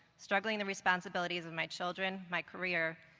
struggling the responsibilities of my children, my career,